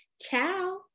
Ciao